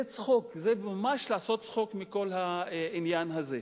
זה צחוק, זה ממש לעשות צחוק מכל העניין הזה.